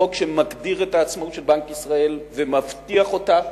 חוק שמגדיר את העצמאות של בנק ישראל ומבטיח אותה,